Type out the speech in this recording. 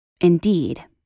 Indeed